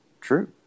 true